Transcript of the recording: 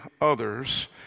others